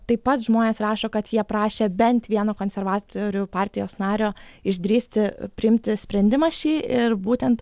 taip pat žmonės rašo kad jie prašė bent vieno konservatorių partijos nario išdrįsti priimti sprendimą šį ir būtent